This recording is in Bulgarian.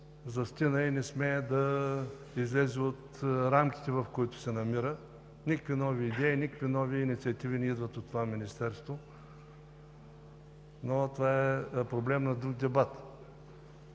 застина и не смее да излезе от рамките, в които се намира – никакви нови идеи, никакви нови инициативи не идват от това министерство. Но това е проблем на друг дебат.